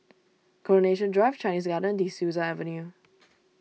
Coronation Drive Chinese Garden De Souza Avenue